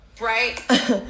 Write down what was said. right